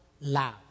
love